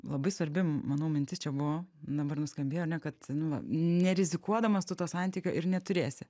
labai svarbi manau mintis čia buvo dabar nuskambėjo ar ne kad nu va nerizikuodamas tu to santykio ir neturėsi